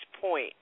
point